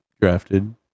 drafted